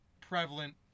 prevalent